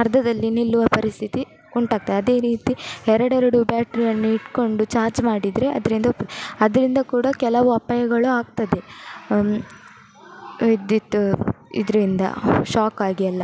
ಅರ್ಧದಲ್ಲಿ ನಿಲ್ಲುವ ಪರಿಸ್ಥಿತಿ ಉಂಟಾಗ್ತದೆ ಅದೇ ರೀತಿ ಎರಡೆರಡು ಬ್ಯಾಟ್ರಿ ಅನ್ನು ಇಟ್ಕೊಂಡು ಚಾರ್ಜ್ ಮಾಡಿದರೆ ಅದರಿಂದ ಅದರಿಂದ ಕೂಡ ಕೆಲವು ಅಪಾಯಗಳು ಆಗ್ತದೆ ವಿದ್ಯುತ್ ಇದರಿಂದ ಶಾಕ್ ಆಗಿ ಎಲ್ಲ